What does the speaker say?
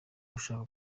ushaka